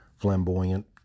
flamboyant